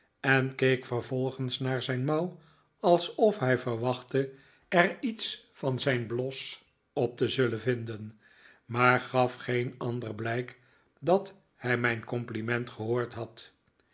en keek vervolgens naar zijn mouw alsof hij verwachtte er iets van zijn bios op te zullen vinden maar gaf geen ander blijk dat hij mijn compliment gehoord had